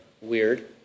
weird